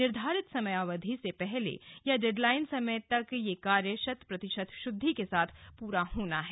निर्धारित समयावधि से पहले या डेडलाईन समय तक यह कार्य शतप्रतिशत शुद्धि के साथ पूरा होना है